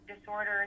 disorders